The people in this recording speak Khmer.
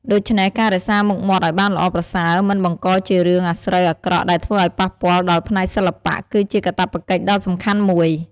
ដូច្នេះ ការរក្សាមុខមាត់ឱ្យបានល្អប្រសើរមិនបង្កជារឿងអាស្រូវអាក្រក់ដែលធ្វើអោយប៉ះពាល់ដល់ផ្នែកសិល្បះ គឺជាកាតព្វកិច្ចដ៏សំខាន់មួយ។